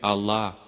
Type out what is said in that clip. Allah